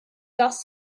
dust